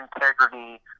integrity